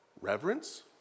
Reverence